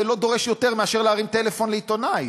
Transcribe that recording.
זה לא דורש יותר מאשר להרים טלפון לעיתונאי.